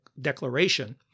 declaration